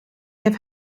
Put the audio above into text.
have